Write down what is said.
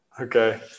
Okay